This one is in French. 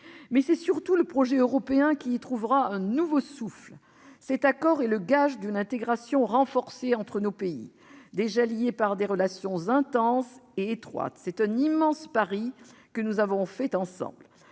Mais c'est surtout le projet européen qui y trouvera un nouveau souffle. Cet accord est le gage d'une intégration renforcée entre nos pays, déjà liés par des relations intenses et étroites. C'est un immense pari que nous faisons ensemble.